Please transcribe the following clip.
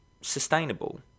sustainable